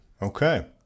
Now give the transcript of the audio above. okay